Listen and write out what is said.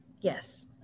yes